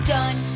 Done